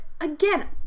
Again